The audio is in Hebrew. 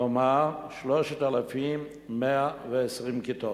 כלומר, 3,120 כיתות.